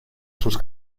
sus